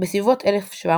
בסביבות שנת